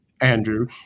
Andrew